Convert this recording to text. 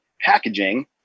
packaging